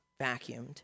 vacuumed